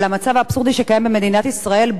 על המצב האבסורדי שקיים במדינת ישראל,